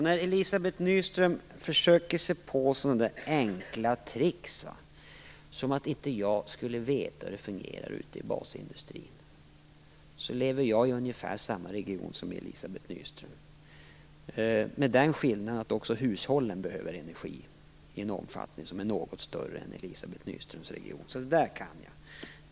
När Elizabeth Nyström försöker sig på sådana där enkla tricks, som att inte jag skulle veta hur det fungerar ute i basindustrin, vill jag påpeka att jag lever i ungefär samma slags region som Elizabeth Nyström, med den skillnaden att också hushållen behöver energi i en omfattning som är något större än i Elizabeth Nyströms region. Det där kan jag.